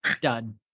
Done